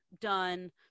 done